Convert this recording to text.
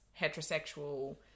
heterosexual